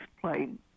played